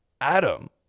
Adam